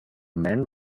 men